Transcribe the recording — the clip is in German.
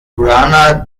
runner